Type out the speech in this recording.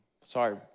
sorry